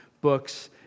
books